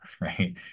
right